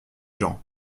gens